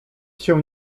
się